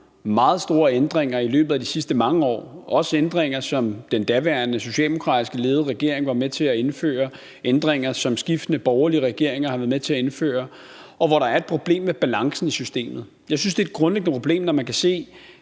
meget store ændringer i løbet af de sidste mange år – også ændringer, som den daværende socialdemokratisk ledede regering var med til at indføre, og ændringer, som skiftende borgerlige regeringer har været med til at indføre – og hvor der er et problem med balancen i systemet. Jeg synes, det er et grundlæggende problem, når man kan se,